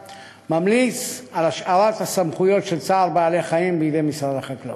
ממליץ על השארת הסמכויות של צער בעלי-חיים בידי משרד החקלאות.